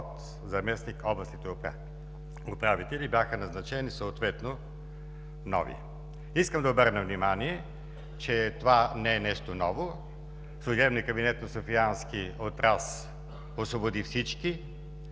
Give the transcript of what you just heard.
от заместник-областните управители и бяха назначени съответно нови. Искам да обърна внимание, че това не е нещо ново. Служебният кабинет на Софиянски от раз освободи всички,